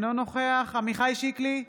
אינו נוכח עמיחי שיקלי,